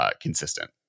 consistent